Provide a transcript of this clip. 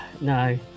No